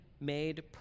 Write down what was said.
made